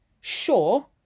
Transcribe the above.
sure